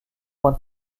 juan